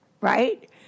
Right